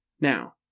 Now